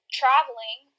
traveling